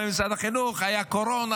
משרד החינוך אומר שהייתה קורונה,